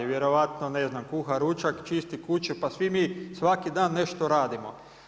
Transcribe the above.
Vjerovatno ne zna, kuha ručak, čisti kuću, pa svi mi svaki da nešto radimo.